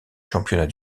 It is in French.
championnat